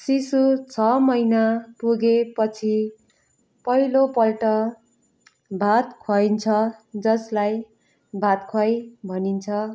शिशु छ महिना पुगेपछि पहिलोपल्ट भात खुवाइन्छ जसलाई भात खुवाइ भनिन्छ